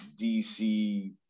DC